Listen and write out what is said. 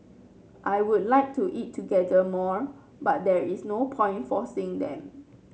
I would like to eat together more but there is no point forcing them